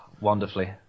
Wonderfully